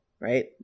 right